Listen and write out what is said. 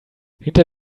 hinter